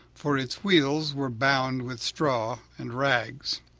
for its wheels were bound with straw and rags.